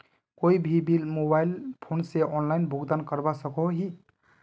कोई भी bill mobile phone से ऑनलाइन भुगतान करवा सकोहो ही?